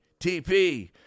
TP